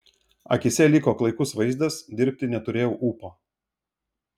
akyse liko klaikus vaizdas dirbti neturėjau ūpo